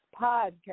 podcast